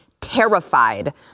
terrified